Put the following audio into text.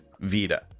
Vita